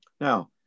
Now